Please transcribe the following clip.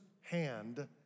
hand